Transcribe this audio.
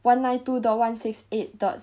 one nine two dot one six eight dot